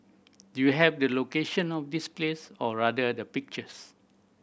do you have the location of this place or rather the pictures